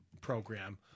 program